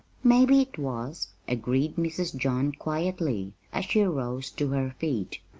maybe it was, agreed mrs. john quietly, as she rose to her feet.